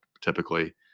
typically